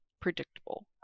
predictable